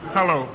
Hello